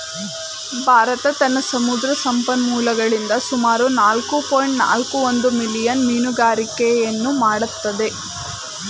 ಭಾರತ ತನ್ನ ಸಮುದ್ರ ಸಂಪನ್ಮೂಲಗಳಿಂದ ಸುಮಾರು ನಾಲ್ಕು ಪಾಯಿಂಟ್ ನಾಲ್ಕು ಒಂದು ಮಿಲಿಯನ್ ಮೀನುಗಾರಿಕೆಯನ್ನು ಮಾಡತ್ತದೆ